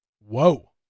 Whoa